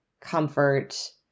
comfort